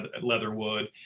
Leatherwood